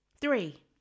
Three